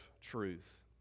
truth